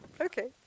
Okay